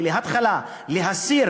בהתחלה להסיר